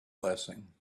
blessing